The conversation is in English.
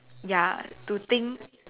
ya to think